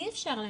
אי אפשר להמשיך,